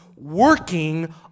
working